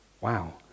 wow